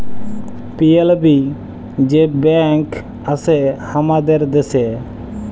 PLB যে bank আসে হামাদের দ্যাশে